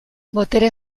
botere